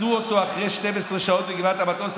מצאו אותו אחרי 12 שעות בגבעת המטוס.